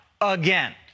again